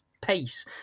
pace